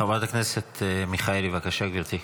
חברת הכנסת מיכאלי, בבקשה, גברתי.